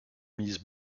mise